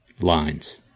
lines